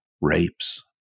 Rapes